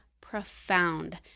profound